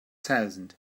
thousand